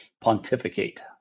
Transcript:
Pontificate